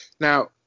now